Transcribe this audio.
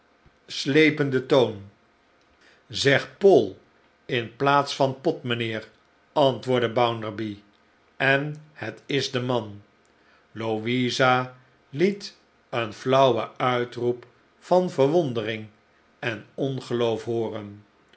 slependen toon zeg pool in plaats van pot mijnheer antwoordde bounderby en het is de man louisa liet een flauwen uitroep van verwondering en ongeloof hooren